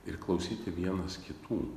ir klausyti vienas kitų